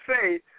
say